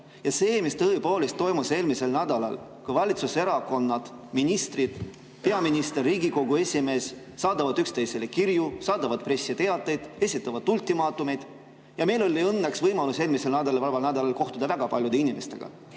See, mis toimus eelmisel nädalal – valitsuserakonnad, ministrid, peaminister ja Riigikogu esimees saadavad üksteisele kirju, saadavad pressiteateid, esitavad ultimaatumeid. Õnneks oli meil võimalus eelmisel, vabal nädalal kohtuda väga paljude inimestega.